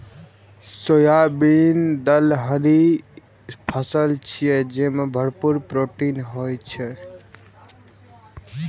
soybean दलहनी फसिल छियै, जेमे भरपूर प्रोटीन होइ छै